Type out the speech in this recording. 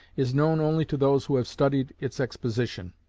is known only to those who have studied its exposition,